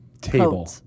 Table